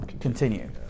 continue